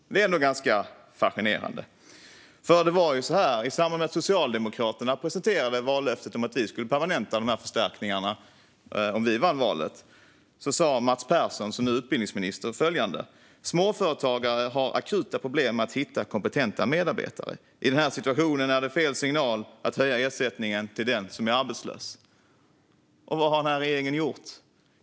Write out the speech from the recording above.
Det är ändå ganska fascinerande, för i samband med att vi i Socialdemokraterna presenterade vallöftet om att permanenta dessa förstärkningar om vi vann valet sa Mats Persson, som nu är utbildningsminister, följande: Småföretagare har akuta problem att hitta kompetenta medarbetare, och i den situationen är det fel signal att höja ersättningen till den som är arbetslös. Men vad har regeringen gjort?